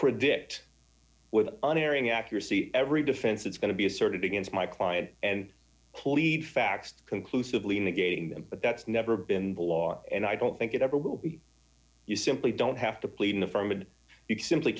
predict with unerring accuracy every defense it's going to be asserted against my client and plead facts conclusively negating them but that's never been the law and i don't think it ever will be you simply don't have to plead